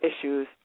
issues